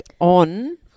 on